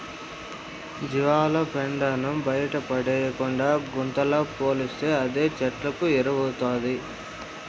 జీవాల పెండను బయటేయకుండా గుంతలో పోస్తే అదే చెట్లకు ఎరువౌతాది